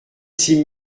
six